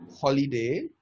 Holiday